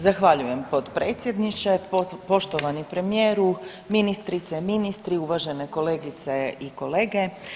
Zahvaljujem predsjedniče, poštovani premijeru, ministrice, ministri, uvažene kolegice i kolege.